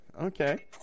Okay